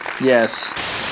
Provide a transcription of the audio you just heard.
yes